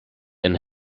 and